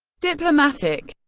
diplomatic